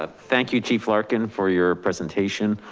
ah thank you, chief larkin for your presentation.